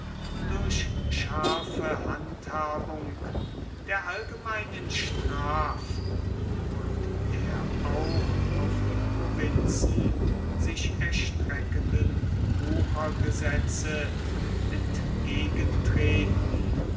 durch scharfe handhabung der allgemeinen straf und der auch auf die provinzen sich erstreckenden wuchergesetze entgegentreten